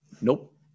Nope